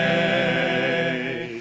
a